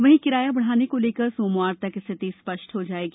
वहीं किराया बढ़ाने को लेकर सोमवार तक स्थिति स्पष्ट हो जायेगी